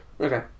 Okay